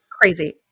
Crazy